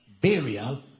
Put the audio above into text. burial